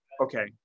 okay